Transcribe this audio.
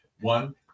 One